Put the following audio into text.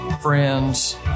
friends